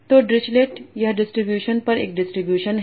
तो डिरिचलेट यह डिस्ट्रीब्यूशन पर एक डिस्ट्रीब्यूशन है